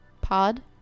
pod